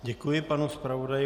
Děkuji panu zpravodaji.